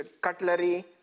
cutlery